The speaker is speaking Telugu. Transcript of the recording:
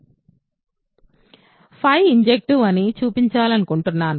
మనం ఇన్జెక్టివ్ అని చూపించాలనుకుంటున్నాము